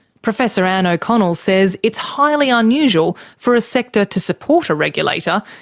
professor ann o'connell says it's highly unusual for a sector to support a regulator,